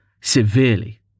severely